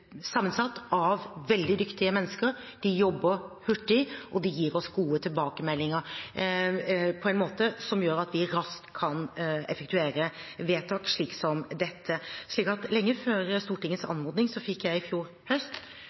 sammensatt av veldig dyktige mennesker. De jobber hurtig, og de gir oss gode tilbakemeldinger på en måte som gjør at vi raskt kan effektuere vedtak som dette. Lenge før Stortingets anmodning – i fjor vår – fikk jeg